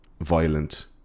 violent